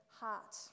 heart